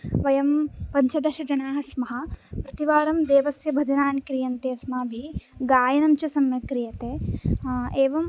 वयं पञ्चदशजनाः स्मः प्रतिवारं देवस्य भजनानि क्रियन्ते अस्माभिः गायनं च सम्यक् क्रियते एवं